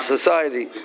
Society